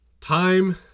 Time